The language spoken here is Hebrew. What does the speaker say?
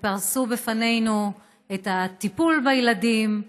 ופרסה בפנינו את הטיפול בילדים.